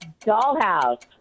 Dollhouse